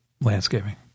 landscaping